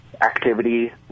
activity